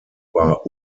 war